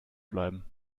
bleiben